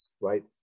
right